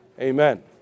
Amen